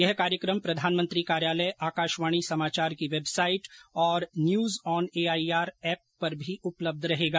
यह कार्यकम प्रधानमंत्री कार्यालय आकाशवाणी समाचार की वेबसाइट और न्यूज़ ऑन एआईआर एप पर भी उपलब्ध रहेगा